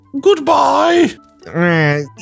goodbye